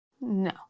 No